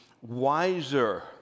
wiser